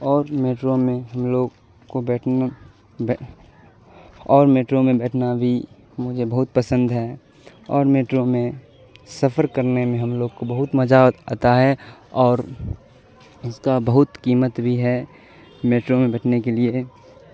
اور میٹرو میں ہم لوگ کو بیٹھنا اور میٹرو میں بیٹھنا بھی مجھے بہت پسند ہے اور میٹرو میں سفر کرنے میں ہم لوگ کو بہت مزہ آتا ہے اور اس کا بہت قیمت بھی ہے میٹرو میں بیٹھنے کے لیے